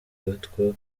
ahitwa